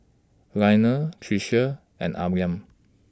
Lionel Tricia and Amil